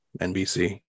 NBC